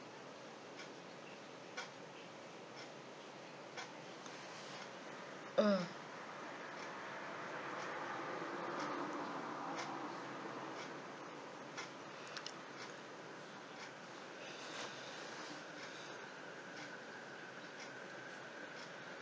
mm